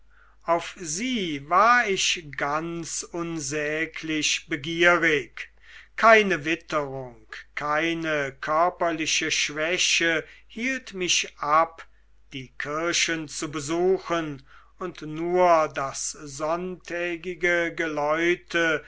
auf sie war ich ganz unsäglich begierig keine witterung keine körperliche schwäche hielt mich ab die kirchen zu besuchen und nur das sonntägige geläute